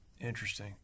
Interesting